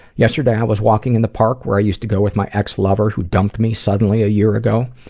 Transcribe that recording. yesterday, i was walking in the park where i used to go with my ex-lover who dumped me suddenly a year ago.